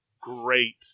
great